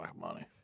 money